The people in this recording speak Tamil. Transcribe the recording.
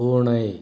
பூனை